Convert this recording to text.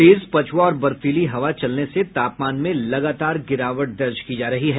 तेज पछुआ और बर्फीली हवा चलने से तापमान में लगातार गिरावट दर्ज की जा रही है